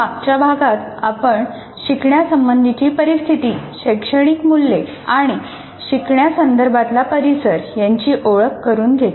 मागच्या भागात आपण शिकण्या संबंधीची परिस्थिती शैक्षणिक मूल्ये आणि शिकण्या संदर्भातला परिसर यांची ओळख करून घेतली